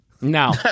No